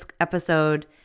episode